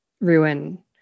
ruin